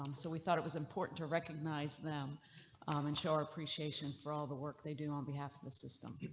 um so we thought it was important to recognize them and show our appreciation for all the work they do on behalf of the system.